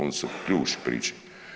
Oni su ključ priče.